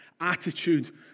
attitude